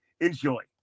Enjoy